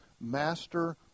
Master